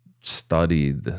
studied